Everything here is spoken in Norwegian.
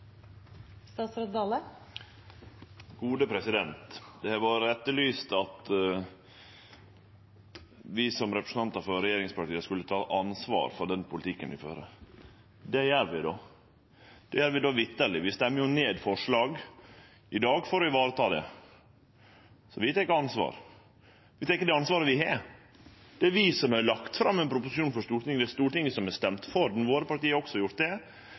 Det har vore etterlyst at vi som representantar for regjeringspartia skulle ta ansvar for den politikken vi fører. Det gjer vi då – det gjer vi unekteleg. Vi stemmer i dag ned forslag for å vareta det, så vi tek ansvar. Vi tek det ansvaret vi har. Det er vi som har lagt fram ein proposisjon for Stortinget. Det er Stortinget som har stemt for han. Våre parti har også gjort det,